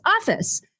office